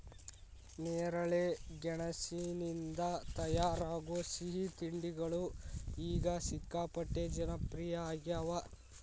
ನೇರಳೆ ಗೆಣಸಿನಿಂದ ತಯಾರಾಗೋ ಸಿಹಿ ತಿಂಡಿಗಳು ಈಗ ಸಿಕ್ಕಾಪಟ್ಟೆ ಜನಪ್ರಿಯ ಆಗ್ಯಾವ